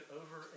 over